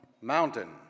mountain